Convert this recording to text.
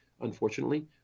unfortunately